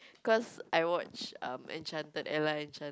cause I watched um enchanted Ella enchan~